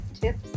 Tips